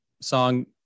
song